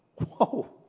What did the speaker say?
Whoa